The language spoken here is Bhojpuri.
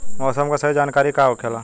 मौसम के सही जानकारी का होखेला?